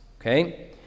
okay